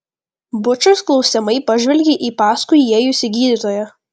bučas klausiamai pažvelgė į paskui įėjusį gydytoją